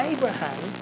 Abraham